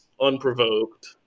unprovoked